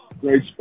Great